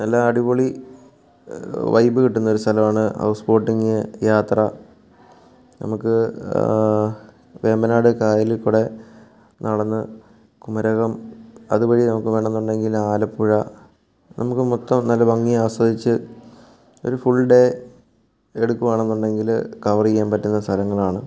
നല്ല അടിപൊളി വൈബ് കിട്ടുന്നൊരു സ്ഥലമാണ് ഹൗസ് ബോട്ടിങ് യാത്ര നമുക്ക് വേമ്പനാട് കായലിൽക്കൂടെ നടന്ന് കുമരകം അതുവഴി നമുക്ക് വേണമെന്നുണ്ടെങ്കിൽ ആലപ്പുഴ നമുക്ക് മൊത്തം നല്ല ഭംഗി ആസ്വദിച്ച് ഒരു ഫുൾ ഡേ എടുക്കുവാണെന്നുണ്ടെങ്കിൽ കവർ ചെയ്യാൻ പറ്റുന്ന സ്ഥലങ്ങളാണ്